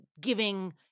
giving